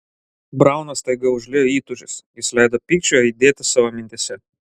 brauną staiga užliejo įtūžis jis leido pykčiui aidėti savo mintyse